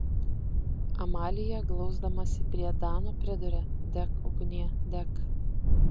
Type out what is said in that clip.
amalija glausdamasi prie dano priduria dek ugnie dek